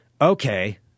Okay